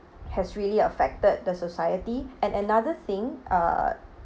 has really affected the society and another thing uh